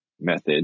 method